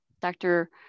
Dr